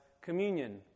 communion